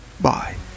Bye